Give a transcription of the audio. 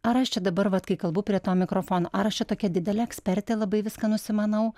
ar aš čia dabar vat kai kalbu prie to mikrofono ar aš čia tokia didelė ekspertė labai viską nusimanau